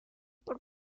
por